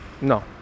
No